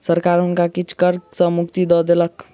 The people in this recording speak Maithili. सरकार हुनका किछ कर सॅ मुक्ति दय देलक